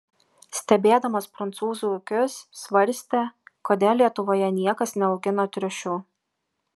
stebėdamas prancūzų ūkius svarstė kodėl lietuvoje niekas neaugina triušių